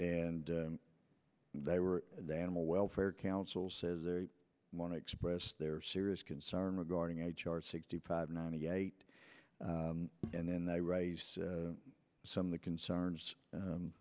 d they were the animal welfare council says they want to express their serious concern regarding h r sixty five ninety eight and then they raised some of the concerns